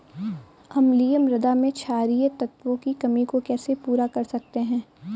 अम्लीय मृदा में क्षारीए तत्वों की कमी को कैसे पूरा कर सकते हैं?